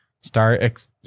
start